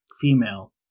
female